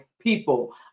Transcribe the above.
people